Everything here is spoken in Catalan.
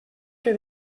que